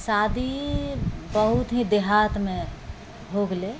शादी बहुत ही देहातमे हो गेलै